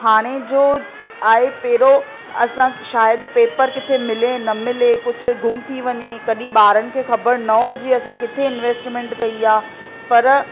हाणे जो आहे पहिरों असां शायदि पेपर किथे मिले न मिले कुझु गुमु थी वञे कॾहिं ॿारनि खे ख़बरु न हुजे असां किथे इंवेस्टमेंट कई आहे पर